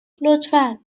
لطفا